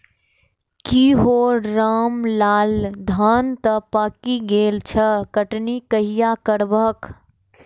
की हौ रामलाल, धान तं पाकि गेल छह, कटनी कहिया करबहक?